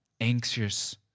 anxious